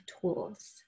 tools